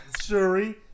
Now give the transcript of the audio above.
Shuri